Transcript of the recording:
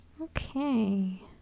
Okay